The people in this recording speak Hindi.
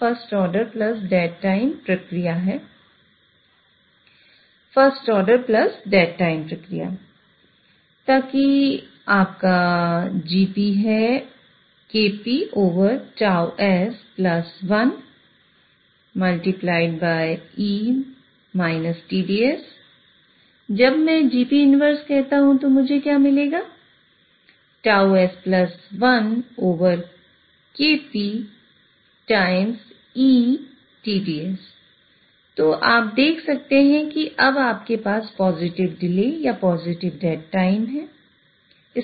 first order plus dead time है इसका क्या मतलब है